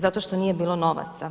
Zato što nije bilo novaca.